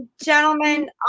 gentlemen